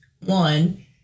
One